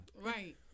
Right